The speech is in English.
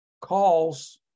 calls